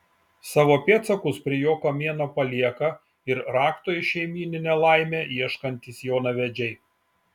savo pėdsakus prie jo kamieno palieka ir rakto į šeimyninę laimę ieškantys jaunavedžiai